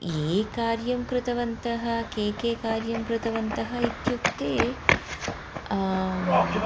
ये कार्यं कृतवन्तः के के कार्यं कृतवन्तः इत्युक्ते